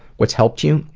what's helped you?